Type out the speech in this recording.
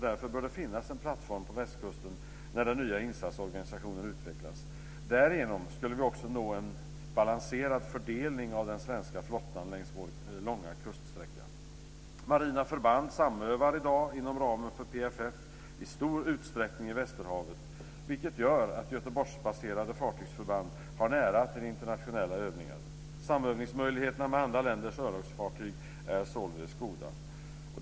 Därför bör det finnas en plattform på västkusten när den nya insatsorganisationen utvecklas. Därigenom skulle vi också nå en balanserad fördelning av den svenska flottan längs vår långa kust. Marina förband samövar i dag inom ramen för PFF i stor utsträckning i västerhavet, vilket gör att Göteborgsbaserade fartygsförband har nära till internationella övningar. Samövningsmöjligheterna med andra länders örlogsfartyg är således goda.